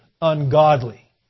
ungodly